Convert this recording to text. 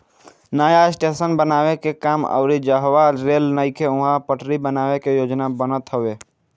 नया स्टेशन बनावे के काम अउरी जहवा रेल नइखे उहा पटरी बनावे के योजना बनत हवे